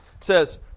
says